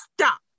stop